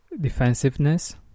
defensiveness